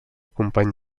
company